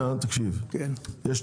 שלי אתה